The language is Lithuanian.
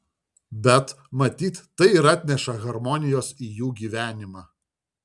bet matyt tai ir atneša harmonijos į jų gyvenimą